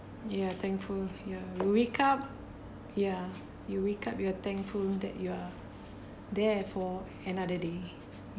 ya thankful ya you wake up ya you wake up you're thankful that you are there for another day